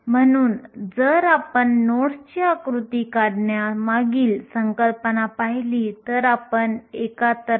आपण इलेक्ट्रॉनची गतिशीलता आणि वाहकता या संकल्पना देखील परिभाषित करू